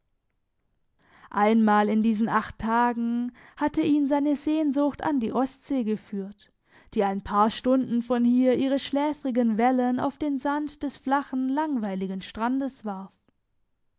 einmal in diesen acht tagen hatte ihn seine sehnsucht an die ostsee geführt die ein paar stunden von hier ihre schläfrigen wellen auf den sand des flachen langweiligen strandes warf